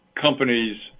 companies